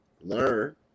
learn